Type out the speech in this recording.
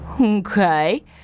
Okay